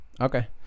okay